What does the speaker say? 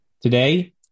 Today